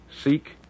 Seek